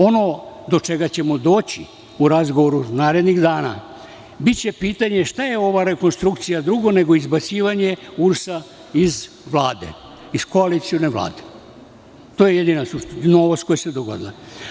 Ono do čega ćemo doći u razgovoru narednih dana biće pitanje - šta je ova rekonstrukcija drugo nego izbacivanje URS iz Vlade, iz koalicione Vlade, to je jedina novost koja se dogodila.